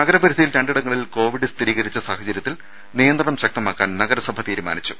നഗരപരിധിയിൽ രണ്ടിടങ്ങളിൽ കോവിഡ് സ്ഥിരീകരിച്ച സാഹചര്യത്തിൽ നിയന്ത്രണം ശക്തമാക്കാൻ നഗരസഭ തീരുമാനിച്ചു